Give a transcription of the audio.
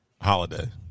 holiday